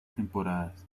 temporadas